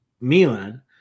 Milan